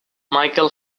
michael